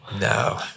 No